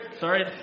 sorry